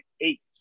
eight